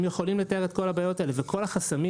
הם יכולים לתאר את כל הבעיות האלה וכל החסמים